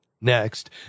Next